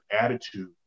attitude